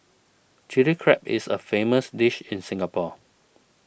Chilli Crab is a famous dish in Singapore